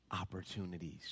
opportunities